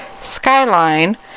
skyline